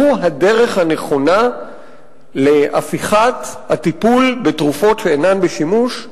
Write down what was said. הוא הדרך הנכונה לטיפול נכון בתרופות שאינן בשימוש.